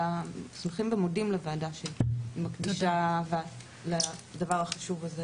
ומודים לוועדה שהיא דנה בדבר החשוב הזה.